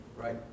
Right